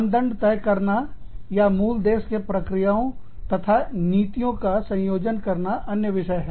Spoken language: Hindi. मानदंड तय करना या मूल देश के प्रक्रियाओं तथा नीतियों का संयोजन करना अन्य विषय है